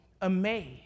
amazed